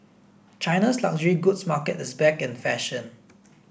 China's luxury goods market is back in fashion